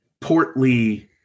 portly